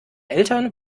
eltern